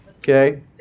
Okay